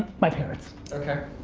my parents. okay.